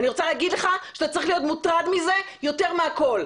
ואני רוצה להגיד לך שאתה צריך להיות מוטרד מזה יותר מהכל.